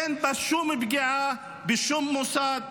אין בה שום פגיעה בשום מוסד,